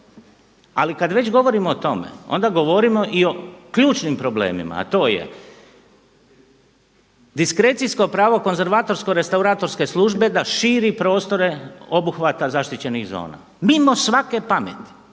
Ali kada već govorimo o tome onda govorimo i o ključnim problemima a to je diskrecijsko pravo konzervatorsko restauratorske službe da širi prostore obuhvata zaštićenih zona mimo svake pameti.